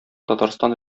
татарстан